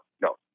no